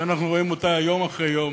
שאנחנו רואים אותה יום אחרי יום,